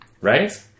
right